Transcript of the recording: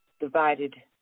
divided